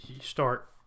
start